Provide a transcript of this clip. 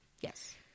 Yes